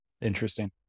Interesting